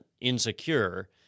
insecure